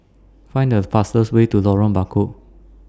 Find The fastest Way to Lorong Bachok